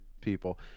people